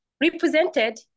represented